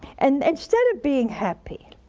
and instead of being happy